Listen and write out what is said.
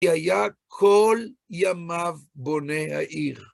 כי היה כל ימיו בונה העיר.